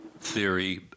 theory